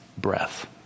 breath